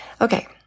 Okay